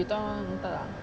kita orang tak